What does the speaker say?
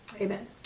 Amen